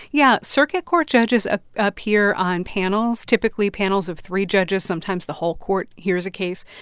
yeah. circuit court judges ah appear on panels, typically panels of three judges. sometimes, the whole court hears a case.